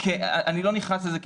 אני לא נכנס לזה.